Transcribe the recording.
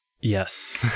Yes